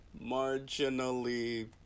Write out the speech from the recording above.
marginally